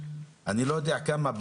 אני לא יודע כמה,